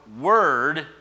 word